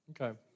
Okay